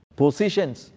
positions